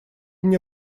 мне